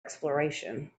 exploration